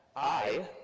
i,